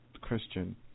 Christian